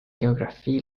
geografie